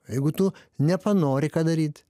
jeigu tu nepanori ką daryti